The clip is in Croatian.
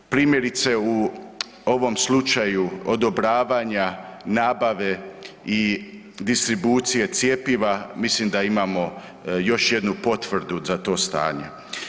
Primjerice u ovom slučaju odobravanja nabave i distribucije cjepiva mislim da imamo još jednu potvrdu za to stanje.